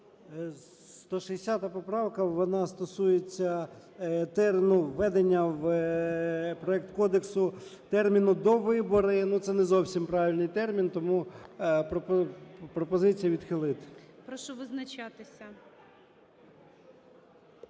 160 поправка, вона стосується, ну, введення в проект кодексу терміну "довибори". Ну, це не зовсім правильний термін. Тому пропозиція відхилити. ГОЛОВУЮЧИЙ. Прошу визначатися.